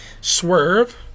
Swerve